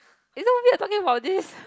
it's damn weird we are talking about this